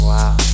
Wow